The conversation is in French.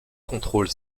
contrôle